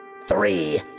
three